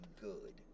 good